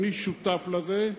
אני שותף לזה,